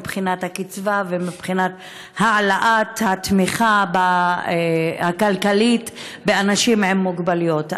מבחינת הקצבה ומבחינת העלאת התמיכה הכלכלית באנשים עם מוגבלויות.